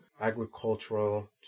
agricultural